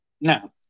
No